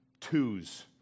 twos